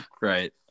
right